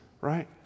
Right